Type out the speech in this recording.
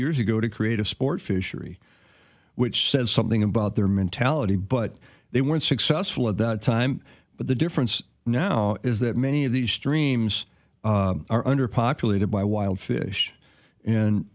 years ago to create a sport fishery which says something about their mentality but they weren't successful at that time but the difference now is that many of these streams are underpopulated by wild fish and